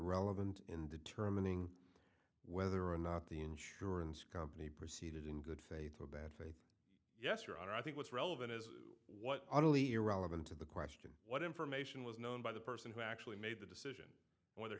relevant in determining whether or not the insurance company proceeded in good faith or bad yes your honor i think what's relevant is what utterly irrelevant to the question what information was known by the person who actually made the decision whether